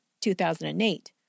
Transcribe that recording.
2008